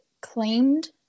claimed